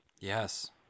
Yes